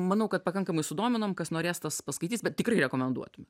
manau kad pakankamai sudominom kas norės tas paskaitys bet tikrai rekomenduotume